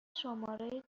شماره